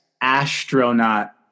astronaut